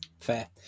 Fair